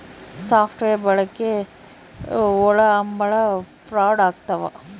soft wear ಬಳಕೆ ಒಳಹಂಭಲ fraud ಆಗ್ತವ